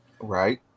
right